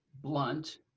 blunt